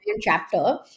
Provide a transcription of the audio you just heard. chapter